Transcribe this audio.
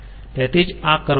તેથી જ આ કરવાનું હોય છે